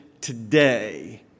today